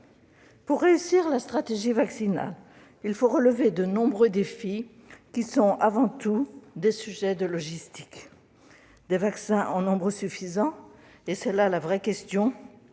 Pour réussir la stratégie vaccinale, il faut relever de nombreux défis, qui sont avant tout logistiques : la mise à disposition de vaccins en nombre suffisant- c'est là la vraie question